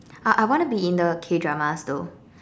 uh I I wanna be in the K Dramas though